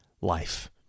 life